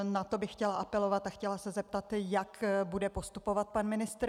Na to bych chtěla apelovat a chtěla se zeptat, jak bude postupovat pan ministr.